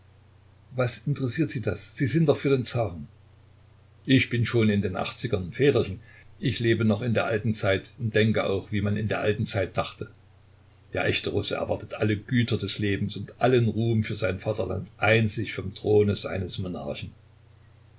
was interessiert sie das sie sind doch für den zaren ich bin schon in den achtzigern väterchen ich lebe noch in der alten zeit und denke auch wie man in der alten zeit dachte der echte russe erwartet alle güter des lebens und allen ruhm für sein vaterland einzig vom throne seines monarchen